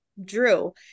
drew